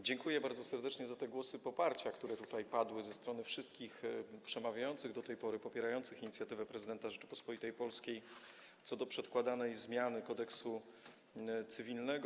Dziękuję bardzo serdecznie za te głosy poparcia, które tutaj padły ze strony wszystkich przemawiających do tej pory, popierających inicjatywę prezydenta Rzeczypospolitej Polskiej co do przedkładanej zmiany Kodeksu cywilnego.